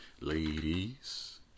ladies